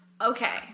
Okay